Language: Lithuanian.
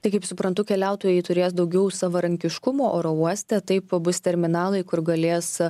tai kaip suprantu keliautojai turės daugiau savarankiškumo oro uoste taip bus terminalai kur galės